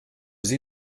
sie